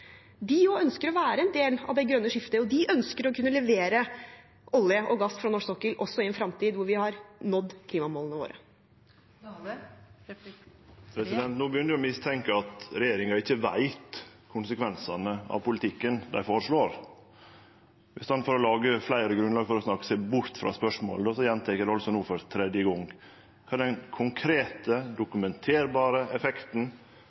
De også ønsker å være en del av det grønne skiftet, og de ønsker å kunne levere olje og gass fra norsk sokkel også i en fremtid hvor vi har nådd klimamålene våre. No begynner eg å mistenkje at regjeringa ikkje veit konsekvensane av politikken dei føreslår. I staden for å lage fleire grunnlag for å snakke seg bort frå spørsmålet gjentek eg det no for tredje gong: Kva er den konkrete, dokumenterbare effekten